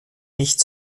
nicht